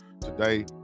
today